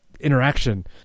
interaction